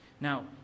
Now